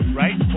right